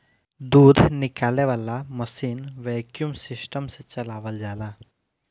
दूध निकाले वाला मशीन वैक्यूम सिस्टम से चलावल जाला